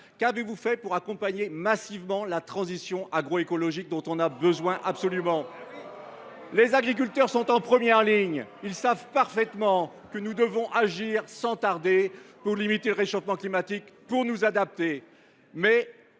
Qu’avez vous fait pour accompagner massivement la transition agroécologique, dont on a besoin absolument ? Très bien ! Les agriculteurs sont en première ligne. Ils savent parfaitement que nous devons agir sans tarder pour limiter le réchauffement climatique et pour nous adapter,